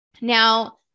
Now